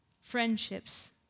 friendships